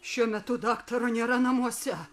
šiuo metu daktaro nėra namuose